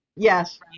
Yes